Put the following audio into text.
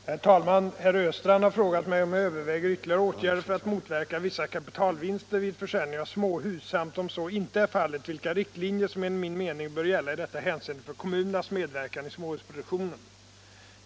Herr talman! Herr Östrand har frågat mig om jag överväger ytterligare åtgärder för att motverka vissa kapitalvinster vid försäljning av småhus samt om så inte är fallet, vilka riktlinjer som enligt min mening bör gälla i detta hänseende för kommunernas medverkan i småhusproduktionen.